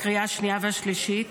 לקריאה השנייה והשלישית,